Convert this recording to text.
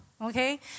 okay